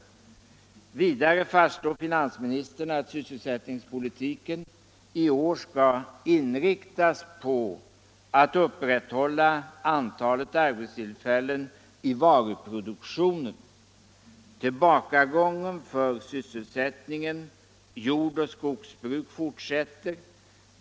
Dessutom fastslår finansministern att sysselsättningspolitiken i år skall inriktas på att upprätthålla antalet arbetstillfällen i varuproduktionen. Tillbakagången för sysselsättningen i jordoch skogsbruk fortsätter.